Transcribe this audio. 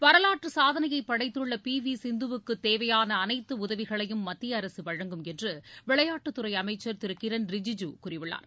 வரலாற்று சாதனையைப் படைத்துள்ள பி வி சிந்துவுக்கு தேவையான அனைத்து உதவிகளையும் மத்திய அரசு வழங்கும் என்று விளையாட்டுத்துறை அமைச்சர் திரு கிரண் ரிஜுஜு கூறியுள்ளார்